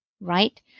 right